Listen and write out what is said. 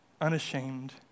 unashamed